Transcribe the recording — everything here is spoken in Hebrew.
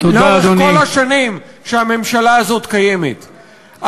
לאורך כל השנים שהממשלה הזאת קיימת.